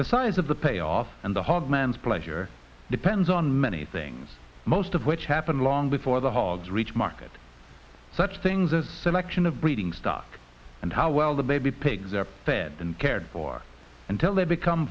the size of the payoff and the hog man's pleasure depends on many things most of which happened long before the hogs reach market such things a selection of breeding stock and how well the baby pigs are fed and cared for until they become